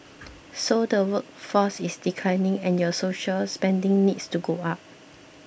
so the workforce is declining and your social spending needs to go up